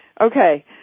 Okay